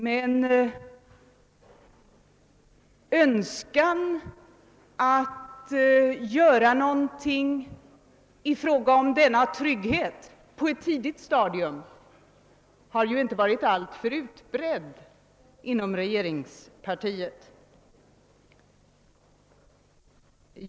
Men önskan att göra någonting i fråga om denna trygghet på ett tidigt stadium har inte varit alltför utbredd inom regeringspartiet.